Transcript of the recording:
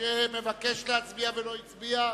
אביגדור ליברמן,